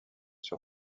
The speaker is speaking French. sur